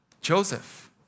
Joseph